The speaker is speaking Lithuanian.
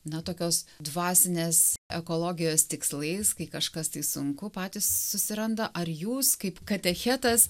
na tokios dvasinės ekologijos tikslais kai kažkas tai sunku patys susiranda ar jūs kaip katechetas